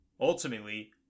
Ultimately